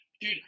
dude